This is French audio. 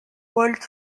walt